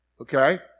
Okay